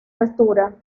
altura